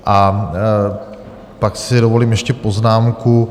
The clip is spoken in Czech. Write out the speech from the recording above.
A pak si dovolím ještě poznámku.